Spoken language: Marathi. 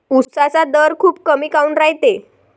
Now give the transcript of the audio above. उसाचा दर खूप कमी काऊन रायते?